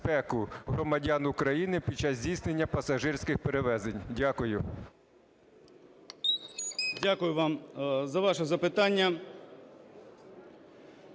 Дякую.